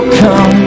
come